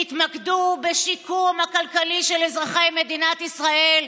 תתמקדו בשיקום הכלכלי של אזרחי מדינת ישראל.